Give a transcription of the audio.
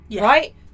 right